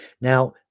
now